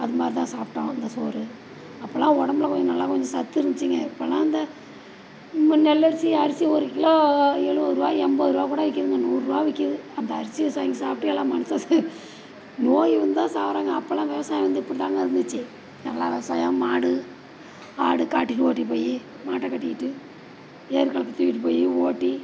அது மாதிரி தான் சாப்பிட்டோம் அந்த சோறு அப்போல்லாம் உடம்புல கொஞ்சம் நல்லா கொஞ்சம் சத்து இருந்துச்சுங்க இப்போல்லாம் அந்த நெல்லரிசி அரிசி ஒரு கிலோ எழுவது ரூபா எண்பது ரூபா கூட விற்கிதுங்க நூறுபா விற்கிது அந்த அரிசியை வாங்கி சாப்பிட்டு எல்லாம் மனுசன் நோய் வந்து தான் சாகுறாங்க அப்போல்லாம் விவசாயம் வந்து இப்படிதாங்க இருந்துச்சு நல்லா விவசாயம் மாடு ஆடு காட்டிட்டு ஓட்டிட்டு போய் மாட்டை கட்டிக்கிட்டு ஏர் கலப்பை தூக்கிட்டு போய் ஓட்டி